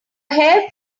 hair